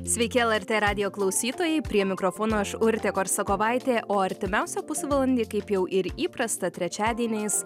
sveiki lrt radijo klausytojai prie mikrofono aš urtė korsakovaitė o artimiausią pusvalandį kaip jau ir įprasta trečiadieniais